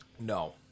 no